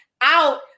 out